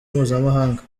mpuzamahanga